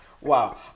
Wow